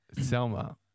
Selma